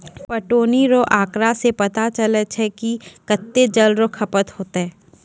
पटौनी रो आँकड़ा से पता चलै कि कत्तै जल रो खपत होतै